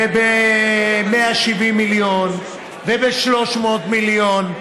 ו-170 מיליון, ו-300 מיליון,